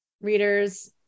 readers